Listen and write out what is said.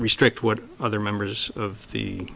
restrict what other members of the